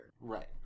Right